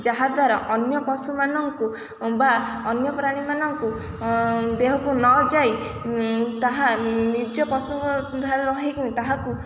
ଯାହାଦ୍ୱାରା ଅନ୍ୟ ପଶୁମାନଙ୍କୁ ବା ଅନ୍ୟ ପ୍ରାଣୀମାନଙ୍କୁ ଦେହକୁ ନଯାଇ ତାହା ନିଜ ପଶୁଙ୍କ ଠାରେ ରହିକିନି ତାହାକୁ